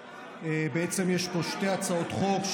בעצם יש פה שתי הצעות חוק,